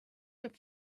have